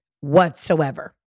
whatsoever